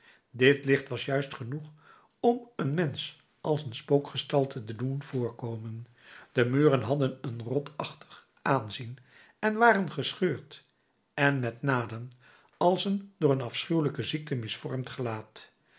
dit licht was juist genoeg om een mensch als een spookgestalte te doen voorkomen de muren hadden een rotachtig aanzien en waren gescheurd en met naden als een door een afschuwelijke ziekte misvormd gelaat